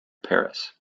paris